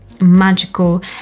magical